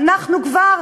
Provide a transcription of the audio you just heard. אנחנו כבר,